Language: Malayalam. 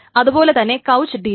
അതുപോലെ തന്നെ കൌച്ച് D B